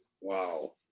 Wow